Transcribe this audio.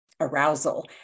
arousal